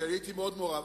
כי אני הייתי מאוד מעורב,